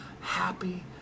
happy